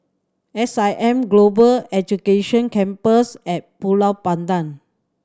S I M Global Education Campus At Ulu Pandan